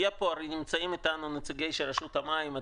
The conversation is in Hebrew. נמצאים איתנו פה נציגי רשות המים.